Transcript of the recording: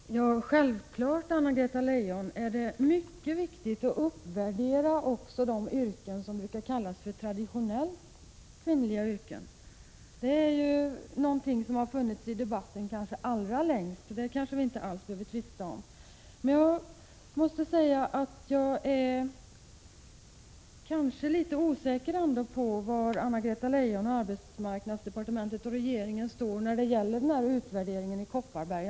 Herr talman! Självklart, Anna-Greta Leijon, är det mycket viktigt att uppvärdera också de yrken som brukar kallas traditionellt kvinnliga. Det är någonting som har funnits i debatten allra längst, så det kanske vi inte alls behöver tvista om. Men jag måste säga att jag är litet osäker på var Anna-Greta Leijon, arbetsmarknadsdepartementet och regeringen står när det gäller utvärderingen i Kopparberg.